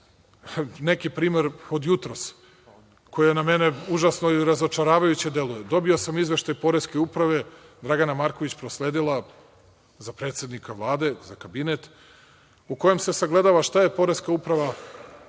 neki primer od jutros, koji je na mene užasno razočaravajuće delovao. Dobio sam izveštaj Poreske uprave, Dragana Marković prosledila za predsednika Vlade, za Kabinet, u kojem se sagledava šta je Poreska uprava